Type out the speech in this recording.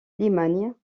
limagne